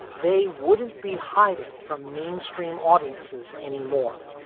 they wouldn't be hiding from mainstream audiences anymore.